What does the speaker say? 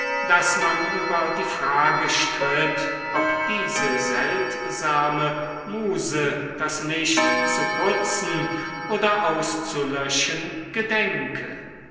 daß man über die frage stritt ob diese seltsame muse das licht zu putzen oder auszulöschen gedenke